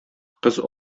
кыз